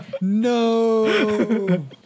No